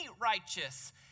righteous